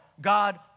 God